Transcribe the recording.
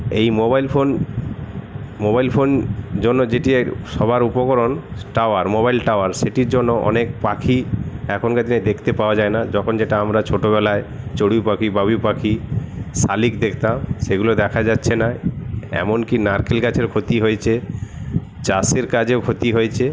এই mobile phone mobile phone জন্য যেটি সবার উপকরণ টাওয়ার মোবাইল টাওয়ার সেটির জন্য অনেক পাখি এখনকার দিনে দেখতে পাওয়া যায় না যখন যেটা আমরা ছোটোবেলায় চড়ুই পাখি বাবুই পাখি শালিক দেখতাম সেগুলো দেখা যাচ্ছে না এমনকি নারকেল গাছের ক্ষতি হয়েছে চাষের কাজেও ক্ষতি হয়েছে